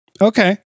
Okay